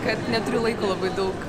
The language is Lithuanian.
kad neturiu laiko labai daug